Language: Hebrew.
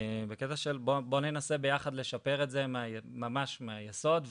בקטע של בואו ננסה ביחד לשפר את זה ממש מהיסוד,